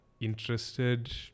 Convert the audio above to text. interested